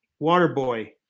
Waterboy